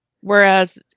Whereas